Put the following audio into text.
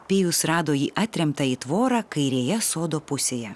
pijus rado jį atremtą į tvorą kairėje sodo pusėje